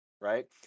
Right